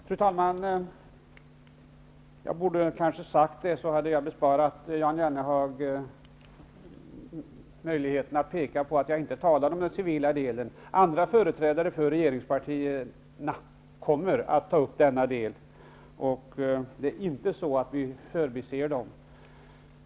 Fru talman! Jag borde kanske ha sagt att jag inte talade om den civila delen, då hade jag besparat Jan Jennehag att påpeka detta. Andra företrädare för regeringspartierna kommer att ta upp denna del, och det är inte så att vi förbiser den.